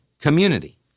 community